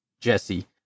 Jesse